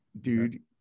dude